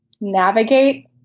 navigate